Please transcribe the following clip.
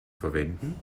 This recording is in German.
verwenden